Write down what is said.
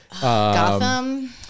Gotham